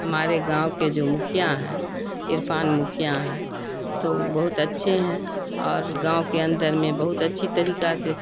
ہمارے گاؤں کے جو مکھیاں ہیں عرفان مکھیاں ہیں تو بہت اچھے ہیں اور گاؤں کے اندر میں بہت اچھی طریقہ سے